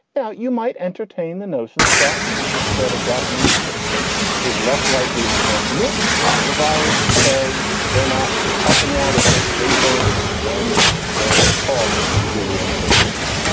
so you might entertain the notion that that means that a japanese person is less likely to transmit the virus because they're not puffing out as much vapor when they talk to another person.